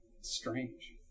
Strange